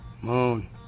Moon